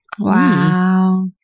wow